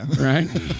right